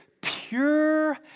pure